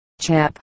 Chap